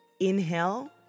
Inhale